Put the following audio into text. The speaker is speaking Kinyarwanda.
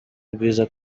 rwiza